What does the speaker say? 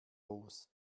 los